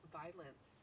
violence